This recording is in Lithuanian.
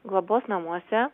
globos namuose